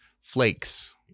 flakes